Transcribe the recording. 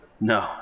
No